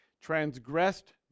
transgressed